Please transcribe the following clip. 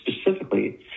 specifically